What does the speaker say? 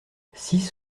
six